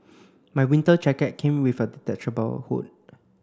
my winter jacket came with a detachable hood